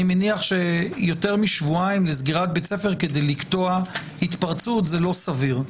אני מניח שיותר משבועיים לסגירת בית ספר כדי לקטוע התפרצות זה לא סביר.